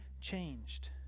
changed